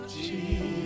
Jesus